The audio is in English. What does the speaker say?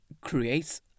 creates